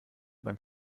beim